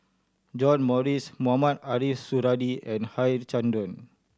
John Morrice Mohamed Ariff Suradi and Harichandra